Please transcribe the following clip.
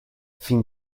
fin